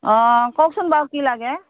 অ কওকচোন বাৰু কি লাগে